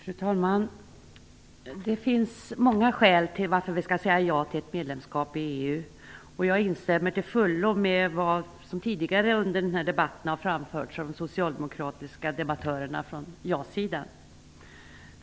Fru talman! Det finns många skäl till att vi skall säga ja till ett medlemskap i EU. Jag instämmer till fullo med det som tidigare i denna debatt framförts av de socialdemokratiska debattörerna från ja-sidan.